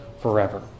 forever